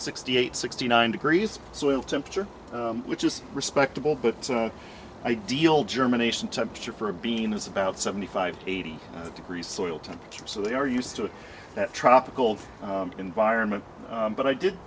sixty eight sixty nine degrees so will temperature which is respectable but ideal germination temperature for a being is about seventy five eighty degrees soil temperature so they are used to that tropical environment but i did